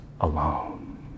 alone